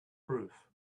proof